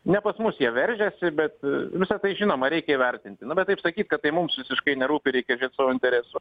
ne pas mus jie veržiasi bet visa tai žinoma reikia įvertinti bet taip sakyt kad tai mums visiškai nerūpi reikia žiūrėt savo interesų